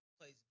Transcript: plays